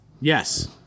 Yes